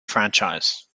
franchise